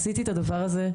עשיתי את הדבר הזה,